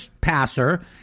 passer